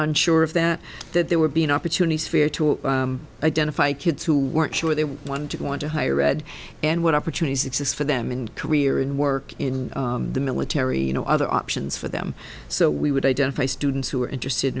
unsure of that that they were being opportunities for to identify kids who weren't sure they wanted to do want to hire read and what opportunities exist for them in career and work in the military you know other options for them so we would identify students who are interested